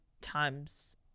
times